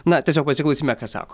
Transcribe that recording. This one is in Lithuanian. na tiesiog pasiklausykime ką sako